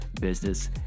Business